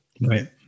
Right